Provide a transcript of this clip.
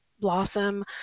blossom